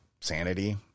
sanity